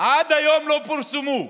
עד היום לא פורסמו.